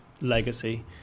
legacy